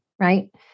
right